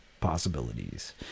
possibilities